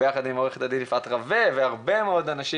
הרבה מהחברה האזרחית,